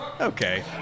okay